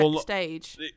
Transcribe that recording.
stage